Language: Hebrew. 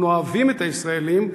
אנחנו אוהבים את הישראלים,